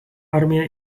armija